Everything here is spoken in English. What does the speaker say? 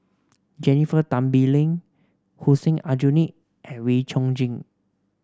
Jennifer Tan Bee Leng Hussein Aljunied and Wee Chong Jin